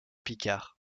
picard